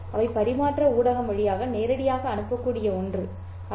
அவை பரிமாற்ற ஊடகம் வழியாக நேரடியாக அனுப்பக்கூடிய ஒன்று அல்ல